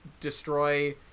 destroy